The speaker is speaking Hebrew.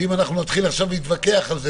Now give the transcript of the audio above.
שאם נתחיל להתווכח על זה,